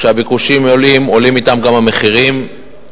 וכשהביקושים עולים, עולים אתם גם המחירים.